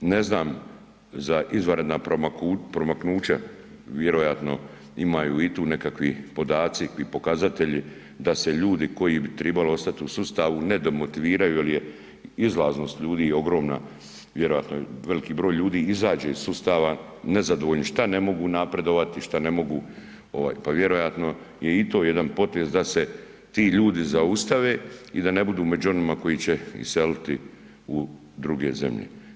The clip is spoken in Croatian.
Ne znam za izvanredna promaknuća vjerojatno imaju i tu nekakvi podaci i pokazatelji da se ljudi koji bi tribali ostati u sustavu ne demotiviraju jer je izlaznost ljudi ogromna vjerojatno veliki broj ljudi izađe iz sustava nezadovoljni šta ne mogu napredovati, šta ne mogu ovaj pa vjerojatno je i to jedan potez da se ti ljudi zaustave i da ne budu među onima koji će iseliti u druge zemlje.